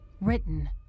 Written